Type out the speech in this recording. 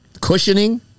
Cushioning